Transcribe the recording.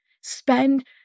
spend